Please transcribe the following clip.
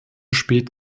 spät